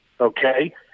okay